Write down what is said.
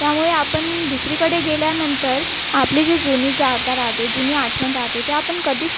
त्यामुळे आपण दुसरीकडे गेल्यानंतर आपली जी जुनी जागा राहते जुनी आठवण राहते ते आपण कधीस